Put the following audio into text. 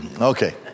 Okay